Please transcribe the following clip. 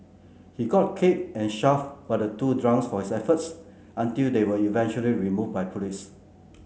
he got kicked and shoved by the two drunks for his efforts until they were eventually removed by police